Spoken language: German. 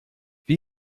wie